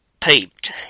peeped